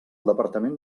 departament